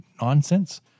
nonsense